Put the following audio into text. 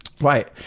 Right